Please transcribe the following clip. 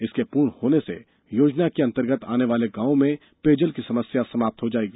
इसके पूर्ण होने ने योजना के अंतर्गत आने वाले गांवों में पेयजल की समस्या समाप्त हो जाएगी